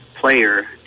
player